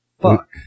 fuck